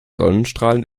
sonnenstrahlen